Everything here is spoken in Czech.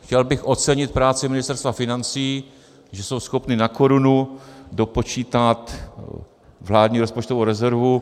Chtěl bych ocenit práci Ministerstva financí, že jsou schopni na korunu dopočítat vládní rozpočtovou rezervu.